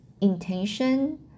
intention